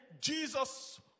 Jesus